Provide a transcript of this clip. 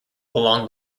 along